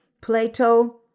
Plato